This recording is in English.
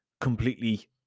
completely